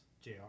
JR